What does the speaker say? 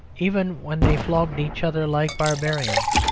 even when they flogged each other like barbarians,